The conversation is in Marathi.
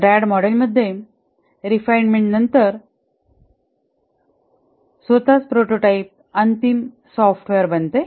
रॅड मॉडेलमध्ये रिफाईनमेंटनंतर स्वतः प्रोटोटाइपच अंतिम सॉफ्टवेअर बनते